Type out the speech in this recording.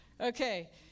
Okay